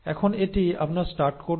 এখন এটি আপনার স্টার্ট কোডন